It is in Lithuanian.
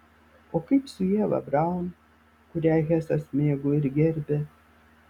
o kaip su ieva braun kurią hesas mėgo ir gerbė